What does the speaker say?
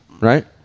right